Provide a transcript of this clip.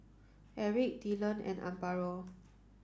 Erick Dylon and Amparo